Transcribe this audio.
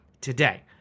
today